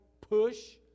push